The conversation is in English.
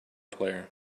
player